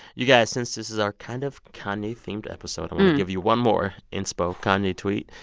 you guys, since this is our kind of kanye-themed episode, i'll give you one more inspo kanye tweet.